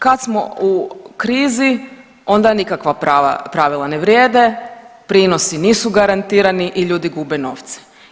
Kad smo u krizi onda nikakva pravila ne vrijede, prinosi nisu garantirani i ljudi gube novce.